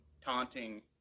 taunting